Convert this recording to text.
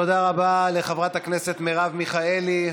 תודה רבה לחברת הכנסת מרב מיכאלי.